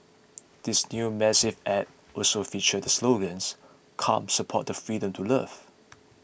this new massive ad also features the slogans come support the freedom to love